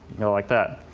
know, like that.